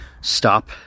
stop